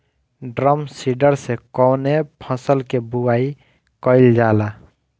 Drum seeder से कवने फसल कि बुआई कयील जाला?